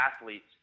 athletes